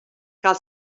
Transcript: cal